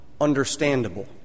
understandable